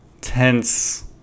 tense